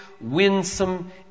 winsome